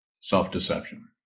self-deception